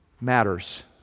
matters